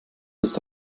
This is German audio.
ist